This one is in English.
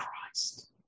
Christ